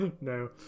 No